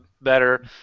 better